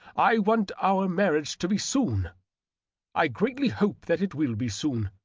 i want our marriage to be soon i seatly hope that it will be soon.